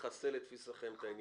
משנה חוק בגלל זה?